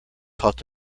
taught